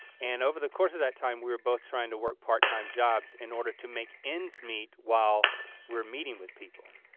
and over the course of that time, we were both trying to work part time jobs in order to make ends meet while we're meeting with people.